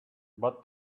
but